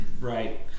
Right